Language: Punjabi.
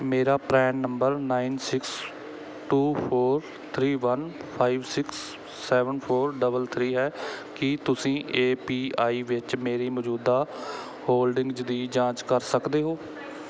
ਮੇਰਾ PRAN number nine six two four three one five six seven four three three ਹੈ ਕੀ ਤੁਸੀਂ ਏ ਪੀ ਆਈ ਵਿੱਚ ਮੇਰੀ ਮੌਜੂਦਾ ਹੋਲਡਿੰਗਜ ਦੀ ਜਾਂਚ ਕਰ ਸਕਦੇ ਹੋ